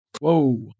Whoa